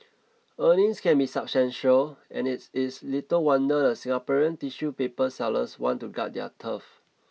earnings can be substantial and it is little wonder the Singaporean tissue paper sellers want to guard their turf